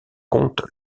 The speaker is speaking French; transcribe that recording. compte